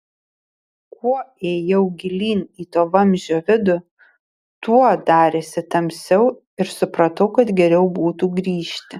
kuo ėjau gilyn į to vamzdžio vidų tuo darėsi tamsiau ir supratau kad geriau būtų grįžti